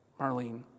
Marlene